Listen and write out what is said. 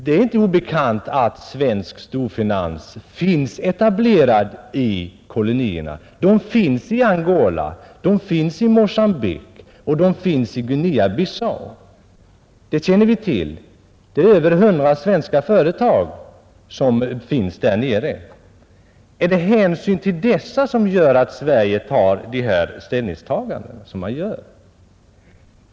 Det är inte obekant att svensk storfinans finns etablerad i kolonierna. Den finns i Angola, i Mogambique och i Guinea-Bissau. Vi känner till att över 100 svenska företag arbetar där nere. Är det hänsyn till dessa som gör att Sverige tar ställning på det sätt som skett?